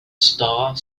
star